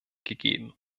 gegeben